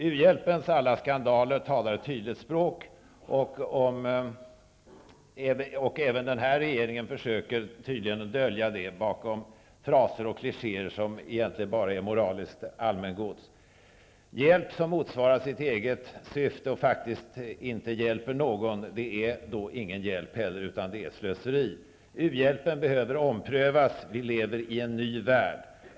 U-hjälpens alla skandaler talar ett tydligt språk. Även den här regeringen försöker tydligen att dölja detta bakom fraser och klichéer som egentligen bara är moraliskt allmängods. Hjälp som motsvarar sitt eget syfte och faktiskt inte hjälper någon är ingen hjälp, utan slöseri. U-hjälpen behöver omprövas. Vi lever i en ny värld.